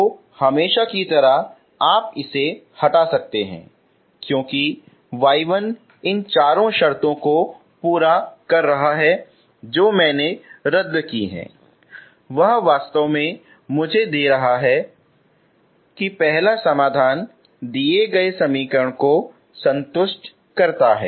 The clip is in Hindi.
तो हमेशा की तरह आप इसे हटा सकते हैं क्योंकि y1 इन चार शर्तों को पूरा कर रहा है जो मैंने रद्द किया है वह वास्तव में मुझे दे रहा है क्योंकि पहला समाधान दिए गए समीकरण को संतुष्ट करता है